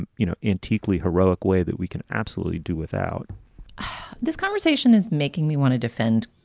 and you know, antique lee heroic way that we can absolutely do without this conversation is making me want to defend